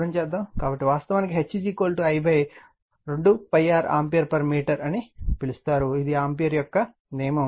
కాబట్టి వాస్తవానికి H I 2 π r ampere meter అని పిలుస్తారు ఇది ఆంపియర్ యొక్క నియమం